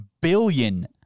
billion